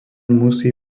musí